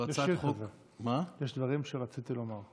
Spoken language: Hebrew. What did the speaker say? זו הצעת חוק, יש שיר כזה, "יש דברים שרציתי לומר".